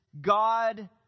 God